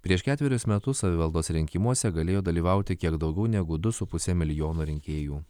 prieš ketverius metus savivaldos rinkimuose galėjo dalyvauti kiek daugiau negu du su puse milijono rinkėjų